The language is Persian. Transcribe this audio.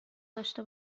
داشته